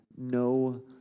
No